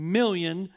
million